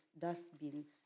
dustbins